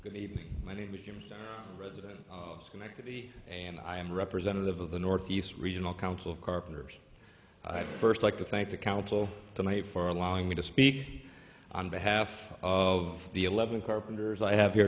good evening my name is jim resident mickey and i am a representative of the northeast regional council of carpenters i'd first like to thank the council tonight for allowing me to speed on behalf of the eleven carpenters i have here